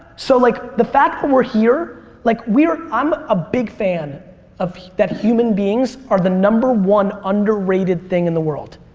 so like the fact that we're here like i'm i'm a big fan ah that human beings are the number one underrated thing in the world.